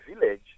village